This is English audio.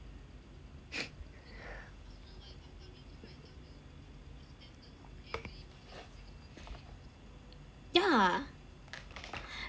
yeah